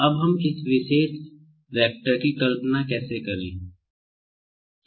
अब हम इस विशेष वेक्टर की कल्पना कैसे कर सकते हैं